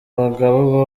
bagabo